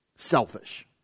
selfish